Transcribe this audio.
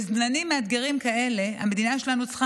בזמנים מאתגרים כאלה המדינה שלנו צריכה